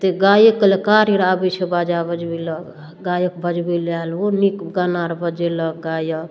गायक कलाकार अर आबै छै बाजा बजबै लऽ गायक बजबै लऽ आयल ओ नीक गाना अर बजेलक गायक